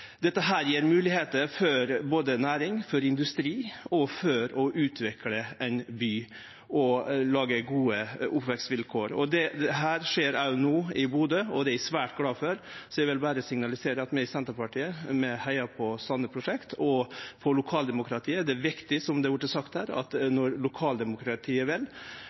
Dette gjev moglegheiter for næring, for industri og for å utvikle ein by og lage gode oppvekstvilkår, og dette skjer òg no i Bodø. Det er eg svært glad for. Så eg vil berre signalisere at vi i Senterpartiet heiar på slike prosjekt og på lokaldemokratiet. Det er viktig, som det har vore sagt her, at når lokaldemokratiet vel,